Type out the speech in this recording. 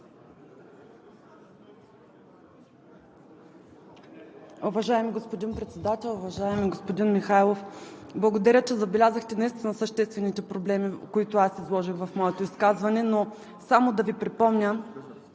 Уважаеми господин Председател! Уважаеми господин Михайлов, благодаря, че забелязахте наистина съществените проблеми, които аз изложих в моето изказване. Само да Ви припомня,